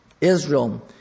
Israel